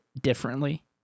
differently